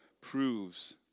proves